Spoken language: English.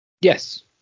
Yes